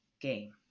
game